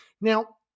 Now